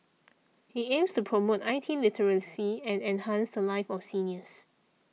it aims to promote I T literacy and enhance the lives of seniors